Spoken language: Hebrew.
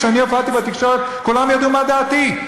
כשאני הופעתי בתקשורת כולם ידעו מה דעתי,